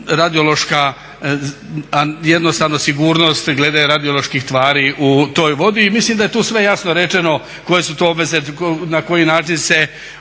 radiološka jednostavno sigurnost glede radioloških tvari u toj vodi. I mislim da je tu sve jasno rečeno koje su to obveze, na koji način se